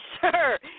sure